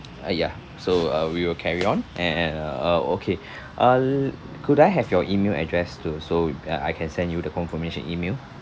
uh yeah so uh we will carry on and uh uh okay uh could I have your email address to so that I can send you the confirmation email